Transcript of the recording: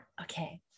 Okay